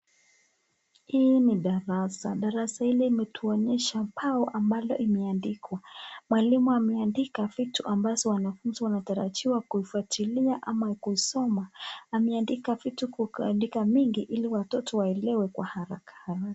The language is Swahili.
Hii ni darasa, darasa hii inatuonyesha mbao ambalo limeandikwa, mwalimu ameandika vitu ambazo wanafunzi wanatarajiwa wanafunzi kufuatilia ama kusoma vitu kukandika mingi ili watoto waelewe kwa haraka.